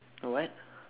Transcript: a what